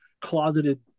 closeted